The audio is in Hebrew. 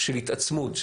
של התעצמות,